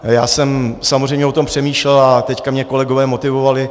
Já jsem samozřejmě o tom přemýšlel a teď mě kolegové motivovali.